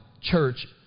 church